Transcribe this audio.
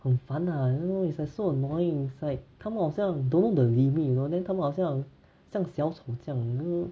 很烦啊 then hor it's like so annoying it's like 他们好像 don't know the limit you know then 他们好像像小丑这样 you know